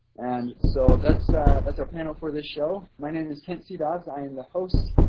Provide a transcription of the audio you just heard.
and so that's that's our panel for this show. my name is kent c. dodds, i am the host,